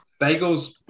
Bagels